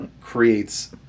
creates